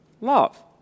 love